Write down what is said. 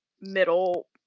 middle